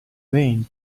vain